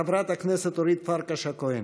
חברת הכנסת אורית פרקש הכהן.